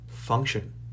Function